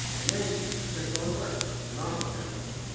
and then he starts going to work at an office every day.